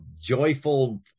joyful